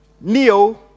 Neo